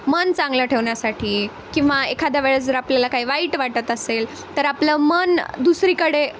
मन चांगलं ठेवण्यासाठी किंवा एखाद्या वेळेस जर आपल्याला काही वाईट वाटत असेल तर आपलं मन दुसरीकडे